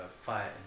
fire